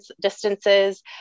distances